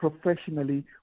professionally